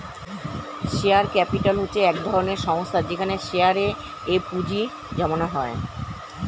share capital হচ্ছে এক ধরনের সংস্থা যেখানে শেয়ারে এ পুঁজি জমানো হয়